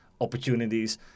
opportunities